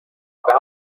بحال